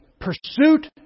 pursuit